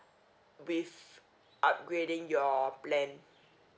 with upgrading your plan